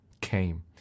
came